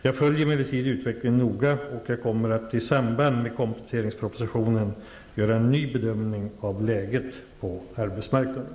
Jag följer emellertid utvecklingen noga och jag kommer att i samband med kompletteringspropositionen göra en ny bedömning av läget på arbetsmarknaden.